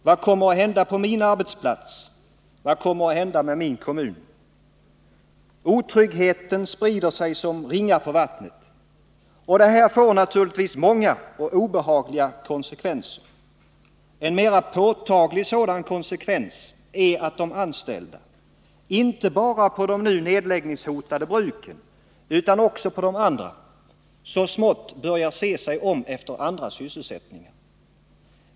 Vad kommer att hända med min arbetsplats? Vad kommer att hända med min kommun? Otryggheten sprider sig som ringar på vattnet. Det här får naturligtvis många och obehagliga konsekvenser. En mera påtaglig sådan konsekvens är att de anställda — inte bara på de nu nedläggningshotade bruken utan också på de andra — så smått börjar se sig om efter andra sysselsättningar.